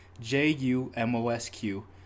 J-U-M-O-S-Q